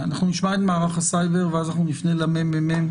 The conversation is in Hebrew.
נשמע את מערך הסייבר, ואז אנחנו נפנה לממ"מ.